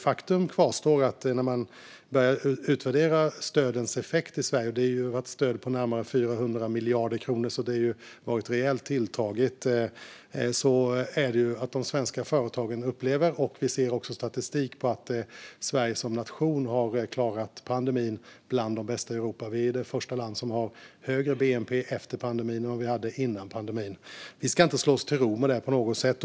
Faktum kvarstår dock: När man börjar utvärdera stödens effekt i Sverige - det har varit stöd på närmare 400 miljarder kronor, så det har varit rejält tilltaget - ser man att de svenska företagen upplever, och det stöds också av statistik, att Sverige som nation har klarat pandemin bland de bästa i Europa. Vi är det första land som har högre bnp efter pandemin än vad vi hade innan pandemin. Vi ska inte slå oss till ro med det på något sätt.